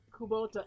Kubota